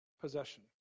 possession